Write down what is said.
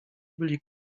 byli